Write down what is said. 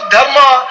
Dharma